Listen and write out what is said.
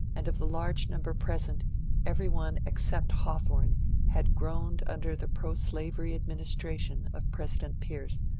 and of the large number present every one except hawthorne had groaned under the proslavery administration of president pierce,